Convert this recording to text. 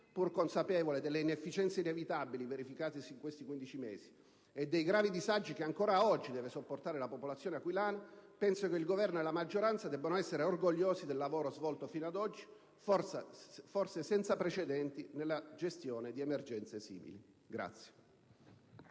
pur consapevole delle inefficienze inevitabili verificatesi in questi 15 mesi e dei gravi disagi che ancora oggi deve sopportare la popolazione aquilana, penso che il Governo e la maggioranza debbano essere orgogliosi del lavoro svolto fino ad oggi, forse senza precedenti nella gestione di emergenze simili.